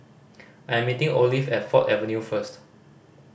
I'm meeting Olive at Ford Avenue first